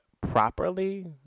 properly